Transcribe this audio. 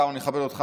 כמה אני מכבד אותך,